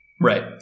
Right